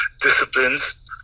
disciplines